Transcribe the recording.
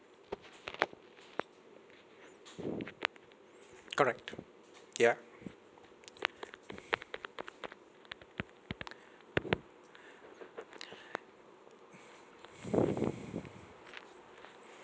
correct ya